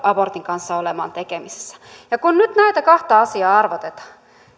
joudu abortin kanssa olemaan tekemisissä ja kun nyt näitä kahta asiaa arvotetaan